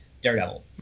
Daredevil